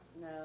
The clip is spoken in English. No